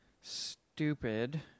stupid